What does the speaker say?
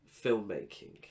filmmaking